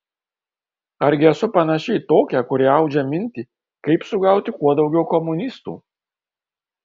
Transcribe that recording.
argi esu panaši į tokią kuri audžia mintį kaip sugauti kuo daugiau komunistų